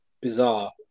bizarre